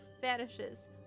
vanishes